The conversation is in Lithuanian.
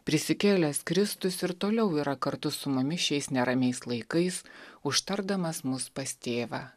prisikėlęs kristus ir toliau yra kartu su mumis šiais neramiais laikais užtardamas mus pas tėvą